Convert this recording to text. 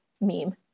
meme